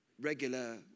regular